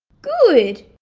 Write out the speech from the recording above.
good!